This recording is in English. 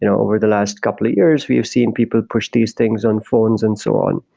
you know over the last couple of years, we have seen people push these things on phones and so on.